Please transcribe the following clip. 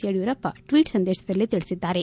Yediyurappa tweet ಸಂದೇಶದಲ್ಲಿ ತಿಳಿಸಿದ್ದಾರೆ